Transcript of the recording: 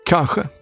Kanske